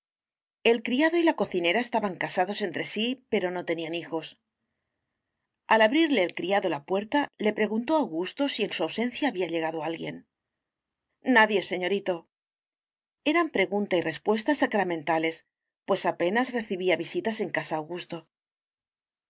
el criado y la cocinera estaban casados entre sí pero no tenían hijos al abrirle el criado la puerta le preguntó augusto si en su ausencia había llegado alguien nadie señorito eran pregunta y respuesta sacramentales pues apenas recibía visitas en casa augusto